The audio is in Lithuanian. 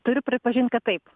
turiu pripažint kad taip